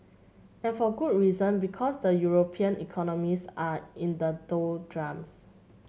and for good reason because the European economies are in the doldrums